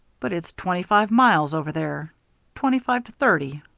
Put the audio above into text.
but it's twenty-five miles over there twenty-five to thirty.